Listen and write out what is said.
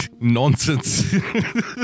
nonsense